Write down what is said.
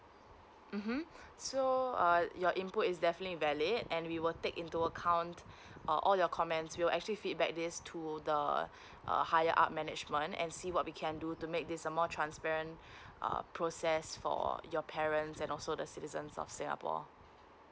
(uh huh) so uh your input is definitely valid and we will take into account all your comments we'll actually feedback this to the uh a higher up management and see what we can do to make this a more transparent uh process for your parents and also the citizens of singapore